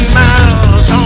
miles